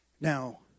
now